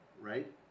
right